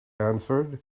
answered